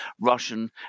Russian